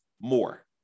more